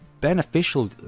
beneficial